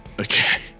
Okay